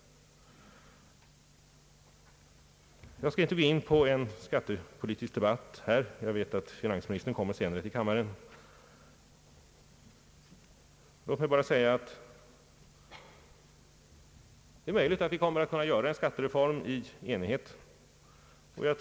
Jag skall inte här gå in på en skattepolitisk debatt — jag vet att finansministern senare kommer till kammaren. Låt mig bara säga att det är möjligt att vi kommer att kunna genomföra en skattereform i enighet.